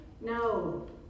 No